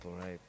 right